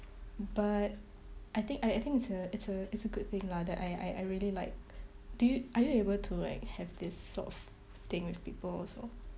but I think I I think it's a it's a it's a good thing lah that I I I really like do you are you able to like have this sort of thing with people also